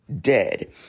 dead